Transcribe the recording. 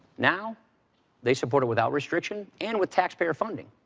now they support it without restriction and with taxpayer funding,